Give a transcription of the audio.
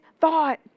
thought